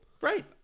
Right